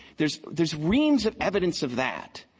there's there's reams of evidence of that.